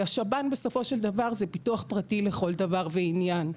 כי השב"ן בסופו של דבר זה ביטוח פרטי לכל דבר ועניין.